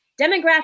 demographic